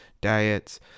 diets